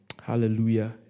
Hallelujah